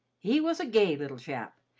he was a gay little chap,